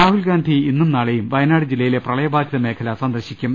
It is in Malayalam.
രാഹുൽ ഗാന്ധി ഇന്നും നാളെയും വയനാട് ജില്ലയിലെ പ്രളയ ബാധിത മേഖല സന്ദർശിക്കും